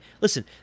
listen